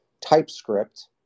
TypeScript